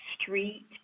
street